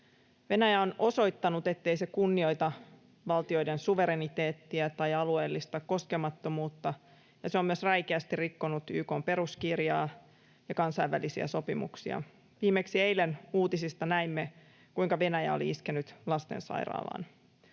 Venäjä on osoittanut, ettei se kunnioita valtioiden suvereniteettia tai alueellista koskemattomuutta, ja se on myös räikeästi rikkonut YK:n peruskirjaa ja kansainvälisiä sopimuksia. Viimeksi eilen uutisista näimme, kuinka Venäjä oli iskenyt lastensairaalaan.